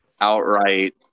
outright